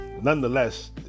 nonetheless